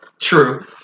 true